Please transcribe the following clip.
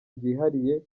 byihariye